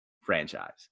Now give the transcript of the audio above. franchise